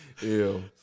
Ew